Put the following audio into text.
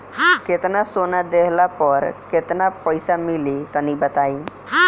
केतना सोना देहला पर केतना पईसा मिली तनि बताई?